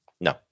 no